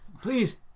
Please